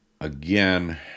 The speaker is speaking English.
Again